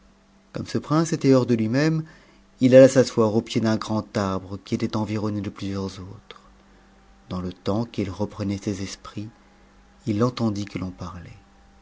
comme ce prince était hors de lui-même il aua s'asseoir au pied d'un grand arbre qui était environné de plusieurs autres dans le temps qu'il reprenait ses esprits il entendit que l'on parlait